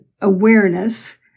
awareness